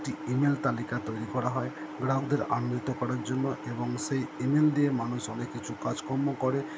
একটি email তালিকা তৈরি করা হয় গ্রাহকদের করার জন্য এবং সেই ই মেল দিয়ে মানুষ অনেক কিছু কাজকর্ম করে